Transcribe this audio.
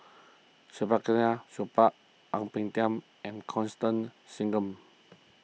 Saktiandi Supaat Ang Peng Tiam and Constance Singam